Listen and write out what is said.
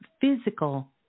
physical